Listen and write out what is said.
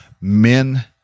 men